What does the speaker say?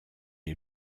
est